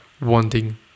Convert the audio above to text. wanting